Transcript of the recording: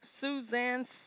Suzanne